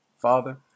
father